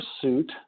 pursuit